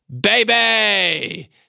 Baby